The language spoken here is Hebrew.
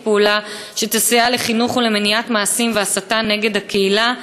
פעולה שתסייע לחינוך ולמניעת מעשים והסתה נגד הקהילה".